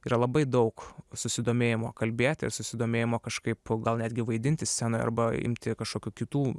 yra labai daug susidomėjimo kalbėti ir susidomėjimo kažkaip gal netgi vaidinti scenoje arba imti kažkokių kitų